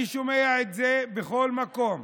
אני שומע את זה בכל מקום: